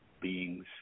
Beings